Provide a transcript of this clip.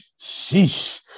Sheesh